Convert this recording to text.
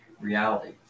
reality